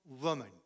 woman